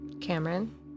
Cameron